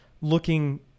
looking